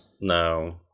No